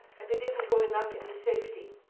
and they didn't go enough into safety.